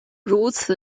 如此